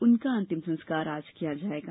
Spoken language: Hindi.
उनका अंतिम संस्कार आज किया जाएगा